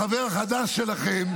החבר החדש שלכם,